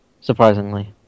surprisingly